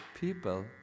people